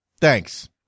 thanks